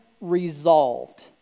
resolved